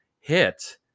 hit